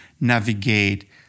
navigate